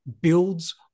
builds